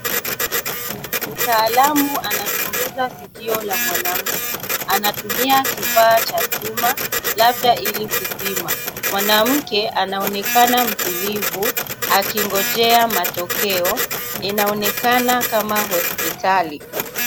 Mtaalamu anachunguza sikio la mwanamke, anatumia kifaa cha chuma labda ilikupima, mwanamke anaonekana mtulivu akingojea matokeo inaonekana kama hospitali.